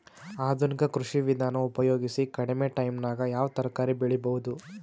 ಆಧುನಿಕ ಕೃಷಿ ವಿಧಾನ ಉಪಯೋಗಿಸಿ ಕಡಿಮ ಟೈಮನಾಗ ಯಾವ ತರಕಾರಿ ಬೆಳಿಬಹುದು?